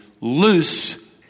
Loose